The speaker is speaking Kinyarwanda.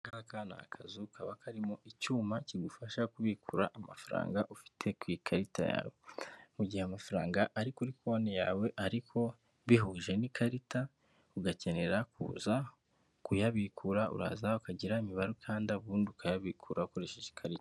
Aka ngaka ni akazu kaba karimo icyuma kigufasha kubikura amafaranga ufite ku ikarita yawe. Mu gihe amafaranga ari kuri konti yawe ariko bihuje n'ikarita ugakenera kuza kuyabikura, uraza ukagira imibare ukanda ubundi ukayabikura ukoresheje ikarita.